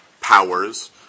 powers